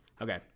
Okay